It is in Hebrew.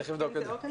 צריך לבדוק את זה.